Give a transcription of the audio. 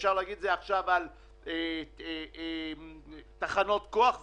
ואפשר להגיד את זה עכשיו על תחנות כוח וכו'.